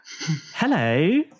Hello